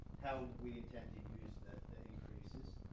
how we intend to use the the increases